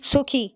সুখী